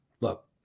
look